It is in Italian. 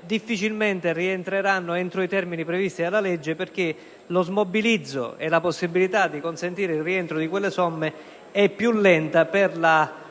difficilmente rientreranno nei termini previsti dalla legge perché lo smobilizzo e la possibilità di consentire il rientro di tali somme sono più lenti per